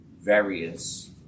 various